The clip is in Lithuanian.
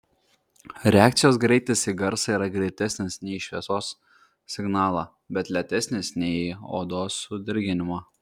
reakcijos greitis į garsą yra greitesnis nei į šviesos signalą bet lėtesnis nei į odos sudirginimą